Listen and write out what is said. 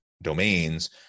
domains